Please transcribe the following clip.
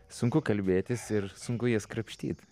sunku kalbėtis ir sunku jas krapštyt